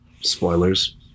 Spoilers